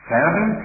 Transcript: Seven